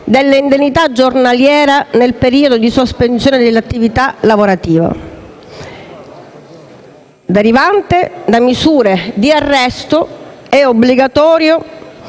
dell'indennità giornaliera nel periodo di sospensione dell'attività lavorativa derivante da misure di arresto obbligatorio,